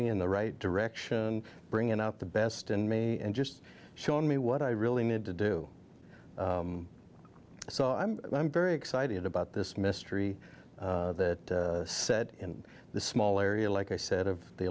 me in the right direction bringing out the best in me and just showing me what i really need to do so i'm i'm very excited about this mystery that said in the small area like i said of the